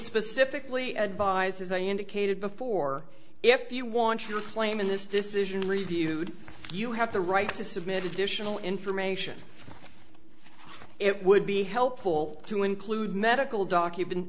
specifically advised as i indicated before if you want your claim in this decision reviewed you have the right to submit additional information it would be helpful to include medical documents